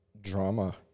drama